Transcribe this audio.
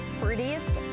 prettiest